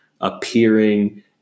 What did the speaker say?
appearing